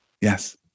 yes